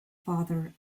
father